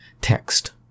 text